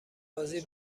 بازی